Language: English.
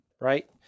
right